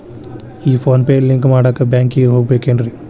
ಈ PhonePe link ಮಾಡಾಕ ಬ್ಯಾಂಕಿಗೆ ಹೋಗ್ಬೇಕೇನ್ರಿ?